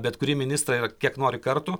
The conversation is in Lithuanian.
bet kurį ministrą ir kiek nori kartų